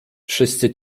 wszyscy